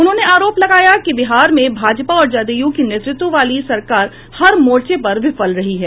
उन्होंने आरोप लगाया कि बिहार में भाजपा और जदयू की नेतृत्व वाली सरकार हर मोर्चे पर विफल रही है